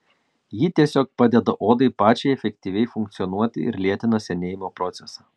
ji tiesiog padeda odai pačiai efektyviai funkcionuoti ir lėtina senėjimo procesą